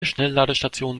schnellladestationen